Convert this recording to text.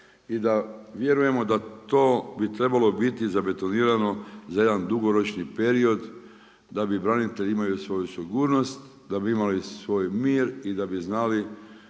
i da vjerujemo da to bi trebalo biti zabetonirano za jedan dugoročni period da bi branitelji imali svoju sigurnost, da bi imali svoj mir i da bi znali